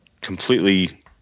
completely